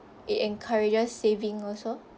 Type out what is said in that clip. it encourages saving also